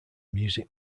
music